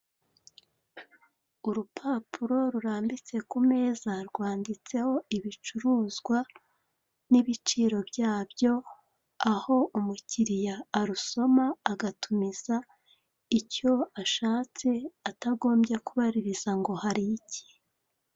Urupapuro rurambitse ku meza rwanditseho ibicuruzwa n'ibiciro byabyo aho umukiliya arusoma agatumiza icyo ashatse atagombye kubaririza ngo hari iki.